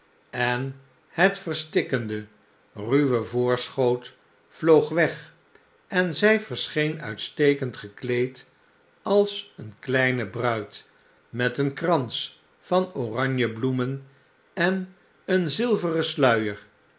en het verstikkende ruwe voorschoot vloog weg en zij verscheen uitstekend gekleed als een kleine bruid met een krans van oranjebloemen en een zilveren sluier